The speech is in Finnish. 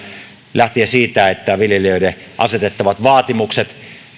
lähtien siitä että viljelijöille asetettavat vaatimukset